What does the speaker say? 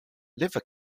liver